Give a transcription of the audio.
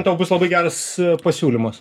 tau bus labai geras pasiūlymas